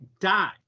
die